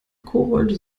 kobolde